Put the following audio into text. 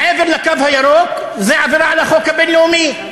מעבר לקו הירוק זה עבירה על החוק הבין-לאומי,